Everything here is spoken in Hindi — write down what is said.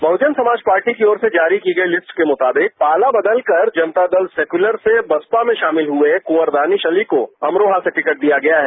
बहजन समाज पार्टी की ओर से जारी की गई लिस्ट के मुताबिक पाला बदल कर जनता दल सेक्यूलर से बसपा में शामिल हए क्वर दानिश अली को अमरोहा से टिकट दिया गया है